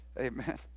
Amen